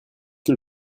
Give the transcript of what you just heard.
que